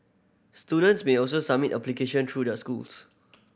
students may also submit application through their schools